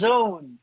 Zone